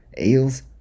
Eels